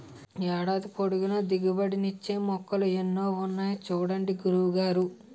ఏడాది పొడుగునా దిగుబడి నిచ్చే మొక్కలు ఎన్నో ఉన్నాయి చూడండి గురువు గారు